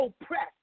oppressed